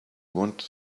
wanted